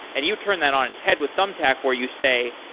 and you turned that on its head with thumbtack where you say,